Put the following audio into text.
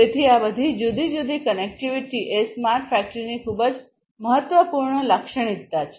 તેથી આ બધી જુદી જુદી કનેક્ટિવિટી એ સ્માર્ટ ફેક્ટરીની ખૂબ જ મહત્વપૂર્ણ લાક્ષણિકતા છે